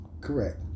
Correct